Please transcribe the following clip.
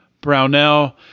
Brownell